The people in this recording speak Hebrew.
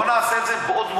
בואו נעשה את זה מבעוד מועד,